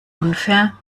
unfair